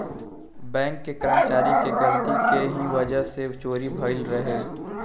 bank के कर्मचारी के गलती के ही वजह से चोरी भईल रहे